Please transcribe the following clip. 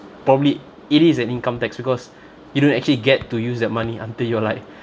probably it is an income tax because you don't actually get to use that money until you're like